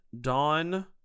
Dawn